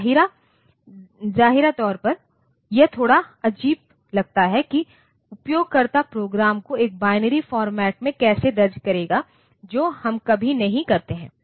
जाहिरा तौर पर यह थोड़ा अजीब लगता है कि उपयोगकर्ता प्रोग्राम को एक बाइनरी फॉर्मेट में कैसे दर्ज करेगा जो हम कभी नहीं करते हैं